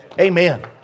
Amen